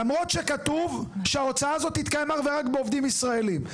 למרות שכתוב שההוצאה הזאת תתקיים אך ורק בעובדים ישראלים.